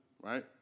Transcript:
right